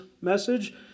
message